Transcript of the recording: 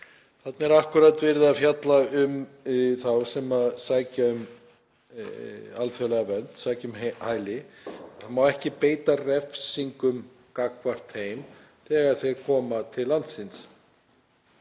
Þarna er akkúrat verið að fjalla um þá sem sækja um alþjóðlega vernd, sækja um hæli. Það má ekki beita refsingum gagnvart þeim þegar þeir koma til landsins.